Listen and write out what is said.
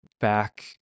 back